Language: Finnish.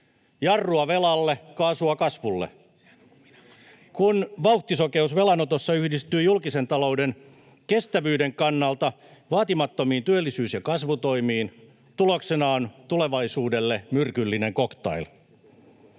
jarrua velalle, kaasua kasvulle. Kun vauhtisokeus velanotossa yhdistyy julkisen talouden kestävyyden kannalta vaatimattomiin työllisyys- ja kasvutoimiin, tuloksena on tulevaisuudelle myrkyllinen cocktail.